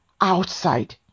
outside